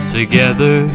Together